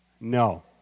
No